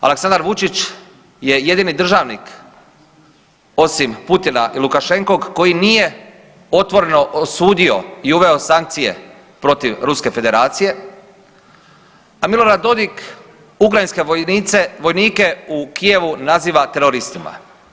Aleksandar Vučić je jedini državnik osim Putina i Lukašenkog koji nije otvoreno osudio i uveo sankcije protiv Ruske Federacije, a Milorad Dodik ukrajinske vojnike u Kijevu naziva teroristima.